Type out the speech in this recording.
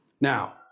Now